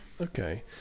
Okay